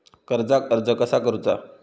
कर्जाक अर्ज कसा करुचा?